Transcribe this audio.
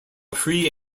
free